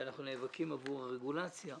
ואנחנו נאבקים עבור הרגולציה.